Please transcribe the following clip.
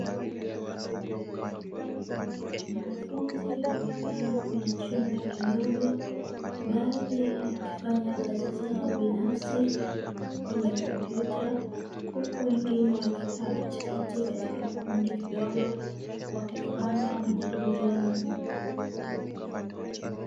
Wanafunzi wamekaa kwenye chumba kidogo, baadhi yao wakifanya kazi yao binafsi kwenye komputa, huku wengine wakikaa katikati katika kikundi kidogo wakifanya majadiliano.